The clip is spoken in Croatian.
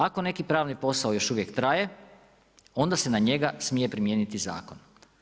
Ako neki pravni posao još uvijek traje, onda se na njega smije primijeniti zakon.